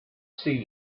sea